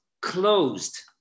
closed